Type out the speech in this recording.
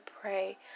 pray